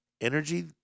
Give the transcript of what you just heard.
energy